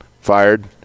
fired